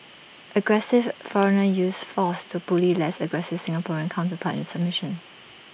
aggressive foreigner uses force to bully less aggressive Singaporean counterpart into submission